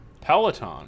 peloton